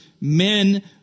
Men